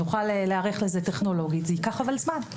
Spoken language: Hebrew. נוכל להיערך לזה טכנולוגית אבל זה ייקח זמן.